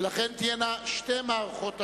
ולכן תהיינה שתי מערכות הצבעות,